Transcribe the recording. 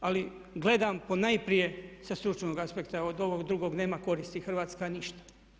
Ali gledam ponajprije sa stručnog aspekta, od ovog drugog nema koristi Hrvatska ništa.